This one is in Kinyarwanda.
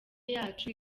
yacu